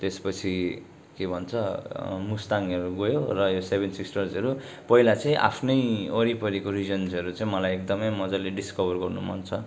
त्यस पछि के भन्छ मुस्ताङहरू गयो र यो सेभेन सिस्टर्सहरू पहिला चाहिँ आफ्नै वरिपरिको रिजन्सहरू चाहिँ मलाई एकदमै मजाले डिस्कभर गर्नु मन छ